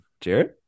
Jared